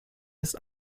ist